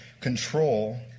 control